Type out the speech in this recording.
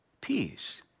peace